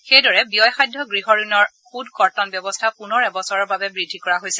সেইদৰে ব্যয়সাধ্য গৃহঋণৰ সুদ কৰ্তন ব্যৱস্থা পুনৰ এবছৰৰ বাবে বৃদ্ধি কৰা হৈছে